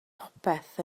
popeth